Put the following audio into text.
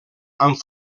amb